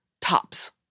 Tops